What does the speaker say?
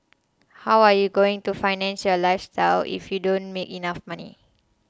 how are you going to finance your lifestyle if you don't make enough money